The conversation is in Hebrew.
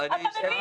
אתה מבין.